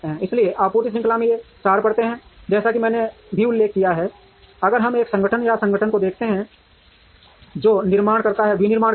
इसलिए आपूर्ति श्रृंखला में ये चार परतें हैं जैसा कि मैंने भी उल्लेख किया है अगर हम एक संगठन या संगठन को देखने जा रहे हैं जो विनिर्माण कर रहा है